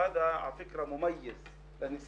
אבל עבדתי גם ביישובים הלא מוכרים כעובד